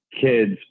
kids